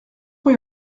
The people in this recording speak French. rue